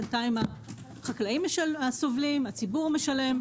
בינתיים החקלאים סובלים, הציבור משלם.